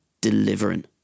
delivering